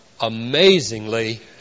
amazingly